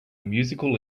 musical